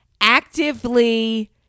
actively